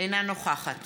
אינה נוכחת